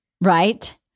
Right